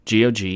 GOG